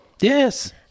Yes